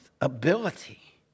ability